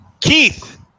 Keith